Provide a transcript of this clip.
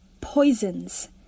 Poisons